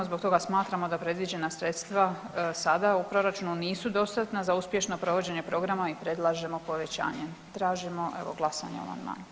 Zbog toga smatramo da predviđena sredstva sada u proračunu nisu dostatna za uspješno provođenje programa i predlažemo povećanje i tražimo, evo, glasanje o amandmanu.